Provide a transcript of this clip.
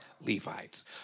Levites